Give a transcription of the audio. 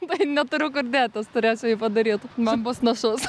tai neturiu kur dėtis turėsiu jį padaryt man bus našus